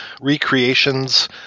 recreations